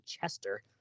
Chester